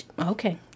Okay